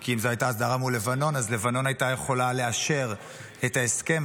כי אם זו הייתה הסדרה מול לבנון אז לבנון הייתה יכולה לאשר את ההסכם,